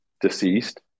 deceased